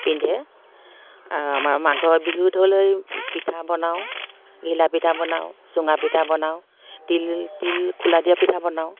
পিন্ধে আমাৰ মাঘৰ বিহুত হ'ল এই পিঠা বনাওঁ ঘিলা পিঠা বনাওঁ চুঙা পিঠা বনাওঁ তিল তিল খোলাত দিয়া পিঠা বনাওঁ